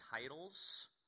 titles